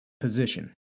position